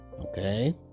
okay